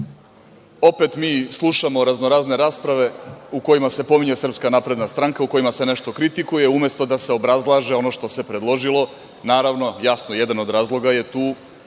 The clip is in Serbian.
mi slušamo raznorazne rasprave u kojima se pominje SNS, u kojima se nešto kritikuje, umesto da se obrazlaže ono što se predložilo. Naravno, jasno, jedan od razloga je tu